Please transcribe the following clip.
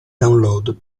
download